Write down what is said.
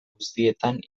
guztietan